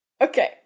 Okay